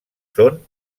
són